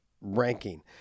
ranking